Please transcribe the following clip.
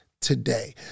today